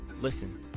listen